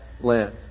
land